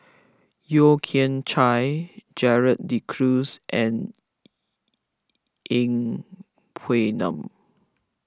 Yeo Kian Chye Gerald De Cruz and Yeng Pway Ngon